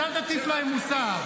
אז אל תטיף להם מוסר.